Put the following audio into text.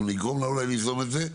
אנחנו גרום לה ליזום את זה.